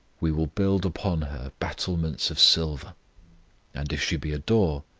we will build upon her battlements of silver and if she be a door,